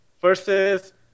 versus